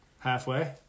Halfway